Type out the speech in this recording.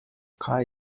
kaj